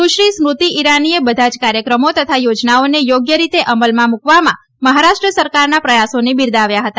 સુશ્રી સ્મૃતી ઇરાનીએ બધા જ કાર્યક્રમો તથા યોજનાઓને યોગ્ય રીતે અમલમાં મૂકવામાં મહારાષ્ટ્ર સરકારના પ્રયાસોને બિરદાવ્યા હતા